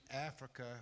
Africa